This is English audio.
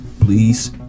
please